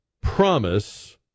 promise